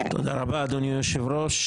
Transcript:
תודה רבה, אדוני היושב-ראש.